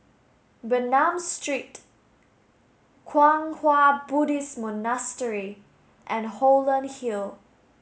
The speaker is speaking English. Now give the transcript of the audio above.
Bernam Street Kwang Hua Buddhist Monastery and Holland Hill